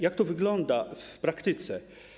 Jak to wygląda w praktyce?